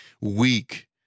weak